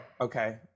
okay